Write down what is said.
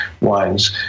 wines